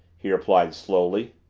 he replied slowly.